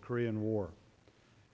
the korean war